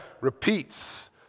repeats